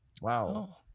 wow